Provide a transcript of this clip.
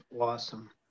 Awesome